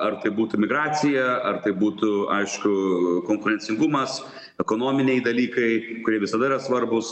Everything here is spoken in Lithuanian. ar tai būtų migracija ar tai būtų aišku konkurencingumas ekonominiai dalykai kurie visada yra svarbūs